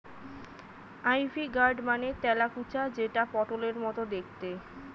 ivy gourd মানে তেলাকুচা যেটা পটলের মতো দেখতে